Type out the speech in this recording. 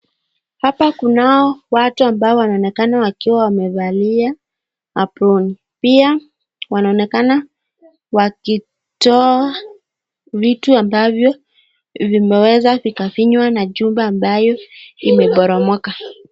Hapa kunao watu wanaonekana wakiwa wamevalia aproni. Pia wanaonekana wakitoa vitu ambavyo vimeweza vikafinywa na jumba ambayo imeporomoka.